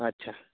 ᱟᱪᱪᱷᱟ